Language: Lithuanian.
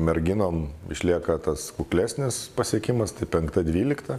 merginom išlieka tas kuklesnis pasiekimas tai penkta dvylikta